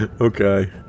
Okay